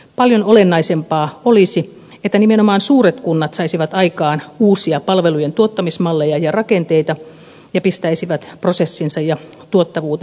paljon olennaisempaa olisi että nimenomaan suuret kunnat saisivat aikaan uusia palvelujen tuottamismalleja ja rakenteita ja pistäisivät prosessinsa ja tuottavuutensa kuntoon